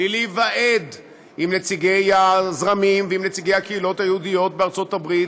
בלי להיוועד עם נציגי הזרמים ועם נציגי הקהילות היהודיות בארצות הברית,